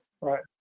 Right